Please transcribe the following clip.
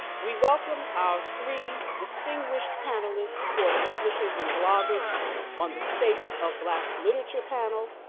we welcome our three distinguished panelists for the publishers and bloggers on the state of black literature panel.